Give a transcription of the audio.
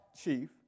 Chief